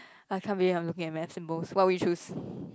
I can't believe I'm looking at math symbols what we choose